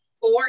four